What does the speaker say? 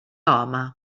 home